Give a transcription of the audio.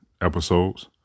episodes